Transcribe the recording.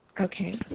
Okay